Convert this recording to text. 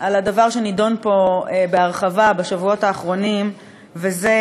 על הדבר שנדון פה בהרחבה בשבועות האחרונים, וזה